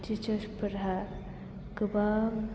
teachers फोरहा गोबां